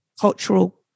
cultural